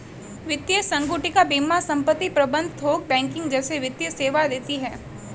वित्तीय संगुटिका बीमा संपत्ति प्रबंध थोक बैंकिंग जैसे वित्तीय सेवा देती हैं